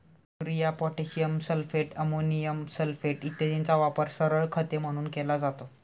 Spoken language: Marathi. urea, potassium sulphate, ammonium sulphate इत्यादींचा वापर सरळ खते म्हणून केला जातो